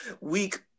week